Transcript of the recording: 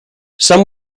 some